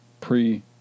pre